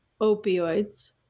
opioids